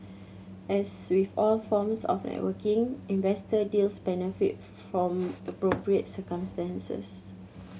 as with all forms of networking investor deals benefit from appropriate circumstances